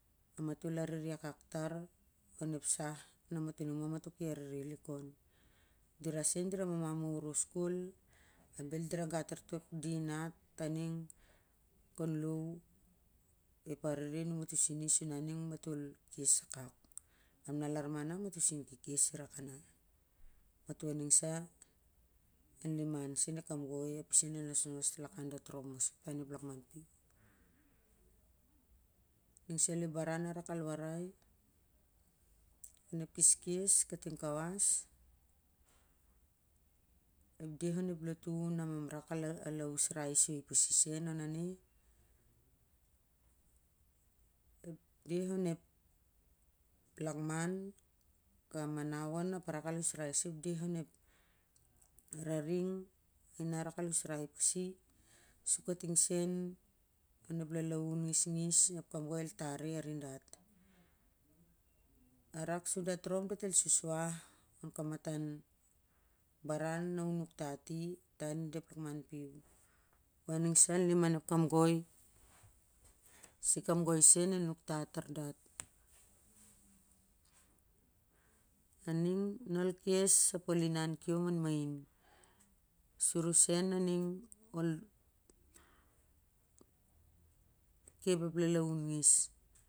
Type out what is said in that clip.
Na matol arene akak tar onep sah na mato aning ma matol ki arene lik on, dira seu dira mamam ovo koi na bel dira gat tar tok din at aning seu kou low ep arene numatosini suning matol kes akak, ap na lar ma na mato ki kes irakau na, mato ning sa ma an liman seu ep kamgoi na ding i nosnos lakan dat top maso ta an lakman kamanu onap ka raksa al usrai ep dah on ep raning i na a rak al usrai pasi sukating seu onep lalauu ngisugis na kamgoi el tari aridat a rak sa dat rap dat el susuah on to baran na u nuktat i ta onida ep lakmau pui. U a ning sa au liman ep kamgoi su e kamgoi seu el uuktat tar dat, a ning na ol kas ap ol inau kiom ai main sur u seu a ning ol kep ep lalauu ngir.